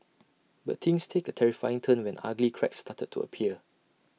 but things take A terrifying turn when ugly cracks started to appear